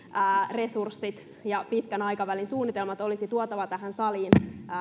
resurssit ja pitkän aikavälin suunnitelmat olisi tuotava tähän saliin